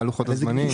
מה לוחות הזמנים?